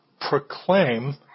proclaim